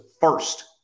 first